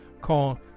called